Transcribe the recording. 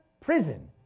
prison